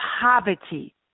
poverty